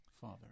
Father